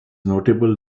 notable